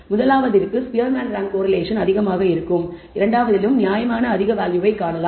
முதலாவதிற்கு Spearman rank correlation அதிகமாக இருக்கும் இரண்டாவதிலும் நியாயமான அதிக வேல்யூவை காணலாம்